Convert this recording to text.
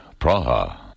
Praha